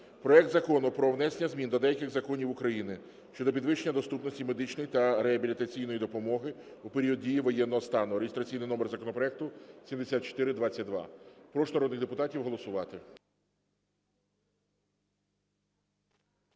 проект Закону про внесення змін до деяких законів України щодо підвищення доступності медичної та реабілітаційної допомоги у період дії воєнного стану (реєстраційний номер законопроекту 7422). Прошу народних депутатів голосувати.